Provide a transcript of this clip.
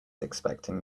expecting